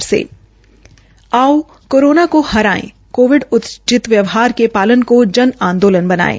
आओ कोरोना को हराए कोविड उचित व्यवहार के पालन को जन आंदोलन बनायें